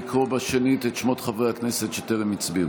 נא לקרוא שנית את שמות חברי הכנסת שטרם הצביעו.